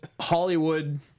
Hollywood